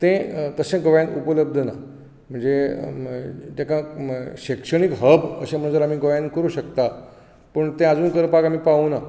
तें तशें गोंयांत उपलब्ध ना म्हणजे तेका शिक्षणीक हब अशें म्हणत जर आमी गोंयांत करूंक शकता पूण तें आजून करपाक आमी पावूंक नात